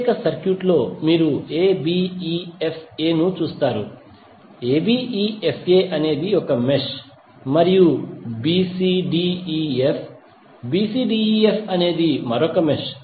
ప్రత్యేక సర్క్యూట్లో మీరు abefa ను చూస్తారు abefa అనేది ఒక మెష్ మరియు bcdef bcdef అనేది మరొక మెష్